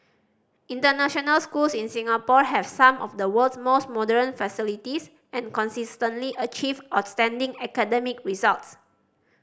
international schools in Singapore have some of the world's most modern facilities and consistently achieve outstanding academic results